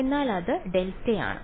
വിദ്യാർത്ഥി എന്നാൽ അത് ഡെൽറ്റയാണ്